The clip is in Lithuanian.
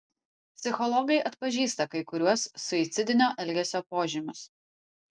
psichologai atpažįsta kai kuriuos suicidinio elgesio požymius